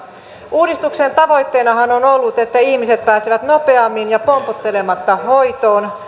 uudistuksen tavoitteenahan on ollut että ihmiset pääsevät nopeammin ja pompottelematta hoitoon